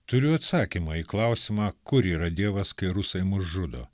turiu atsakymą į klausimą kur yra dievas kai rusai mus žudo